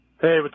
hey